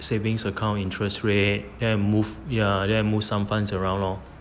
savings account interest rate and move ya then I move some funds around lor